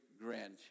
grandchildren